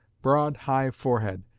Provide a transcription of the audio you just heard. broad, high forehead,